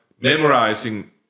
memorizing